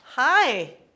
Hi